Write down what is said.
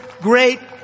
great